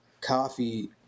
coffee